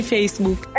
Facebook